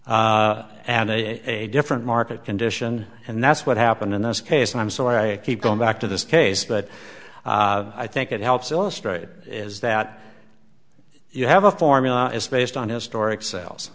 and a different market condition and that's what happened in this case i'm so i keep going back to this case but i think it helps illustrate is that you have a formula is based on historic sales